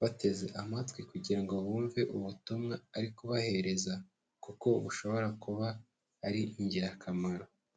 bateze amatwi kugira ngo bumve ubutumwa ari kubahereza kuko bushobora kuba ari ingirakamaro.